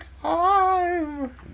time